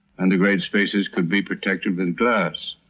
and the great spaces could be protected with glass.